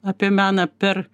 apie meną per